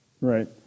Right